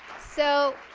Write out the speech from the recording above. so,